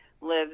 lives